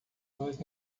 nos